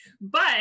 But-